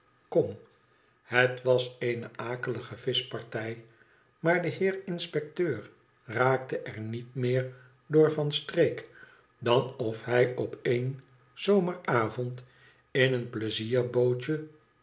het was eene akelige vischpartij maar de heer inspecteur geraakte er niet meer door van streek dan of hij op een zomeravond in een